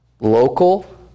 local